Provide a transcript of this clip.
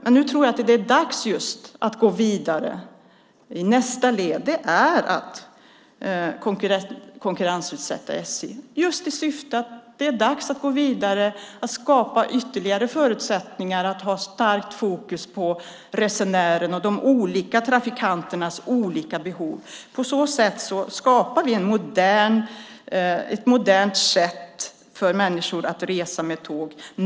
Men nu är det, tror jag, dags att gå vidare med nästa led och konkurrensutsätta SJ just därför att det verkligen är dags att gå vidare och att skapa ytterligare förutsättningar och ha ett starkt fokus på resenären och på de olika trafikanternas olika behov. Det är så vi skapar ett modernt sätt att resa för människor som väljer att resa med tåg.